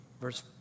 verse